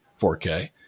4K